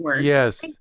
yes